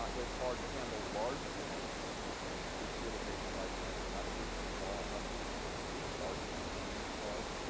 ah it's hard to handle large dna inserts. it's it's good at making like random messes, small messes, but putting in large change is hard.